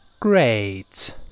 great